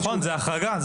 נכון, זה החרגה.